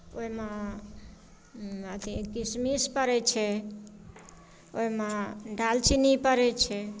ओहिमे अथी किशमिश पड़ैत छै ओहिमे दालचीनी पड़ैत छै